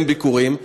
אין ביקורים,